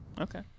Okay